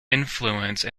influence